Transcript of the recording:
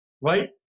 right